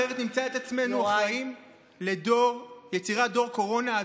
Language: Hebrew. אחרת נמצא את עצמנו אחראים ליצירת דור קורונה,